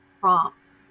prompts